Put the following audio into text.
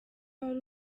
wari